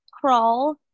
Crawl